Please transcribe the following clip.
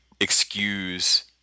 excuse